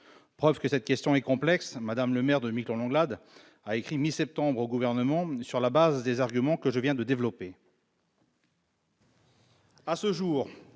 Preuve que cette question est complexe : Mme le maire de Miquelon-Langlade a écrit, mi-septembre, au Gouvernement sur la base des arguments que je viens de développer.